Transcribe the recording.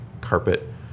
carpet